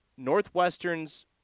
Northwestern's